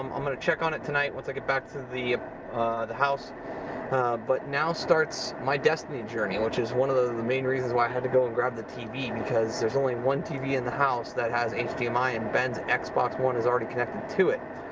um i'm gonna check on it tonight once i get back to the the house but now starts my destiny journey which is one of the and the main reasons why i had to go and grab the tv because there's only one tv in the house that has hdmi and ben's xbox one is already connected to it.